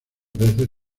veces